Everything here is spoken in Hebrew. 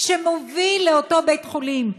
שמוביל לאותו בית-חולים,